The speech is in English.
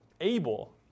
able